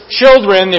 children